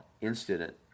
incident